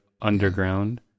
underground